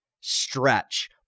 stretch